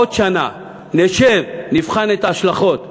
עוד שנה, נשב, נבחן את ההשלכות החברתיות,